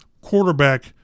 quarterback